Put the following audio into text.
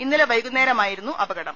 ഇന്നലെ വൈകുന്നേര മായിരുന്ന് അപകടം